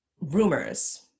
rumors